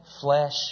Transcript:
flesh